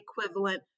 equivalent